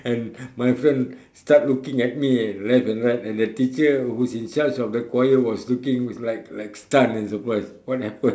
and my friend start looking at me left and right and the teacher who's in charge of the choir was looking like like stunned and surprise what happened